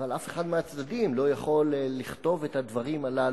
אבל אף אחד מהצדדים לא יכול לכתוב את הדברים הללו,